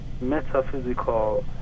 metaphysical